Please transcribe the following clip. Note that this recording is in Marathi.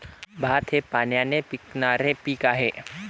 भात हे पाण्याने पिकणारे पीक आहे